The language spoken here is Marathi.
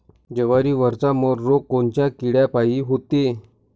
जवारीवरचा मर रोग कोनच्या किड्यापायी होते?